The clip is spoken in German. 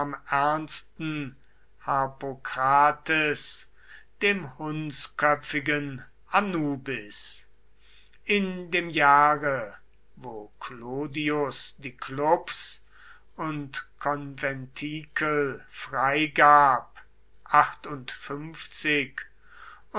ernsten harpokrates dem hundsköpfigen anubis in dem jahre wo clodius die klubs und konventikel freigab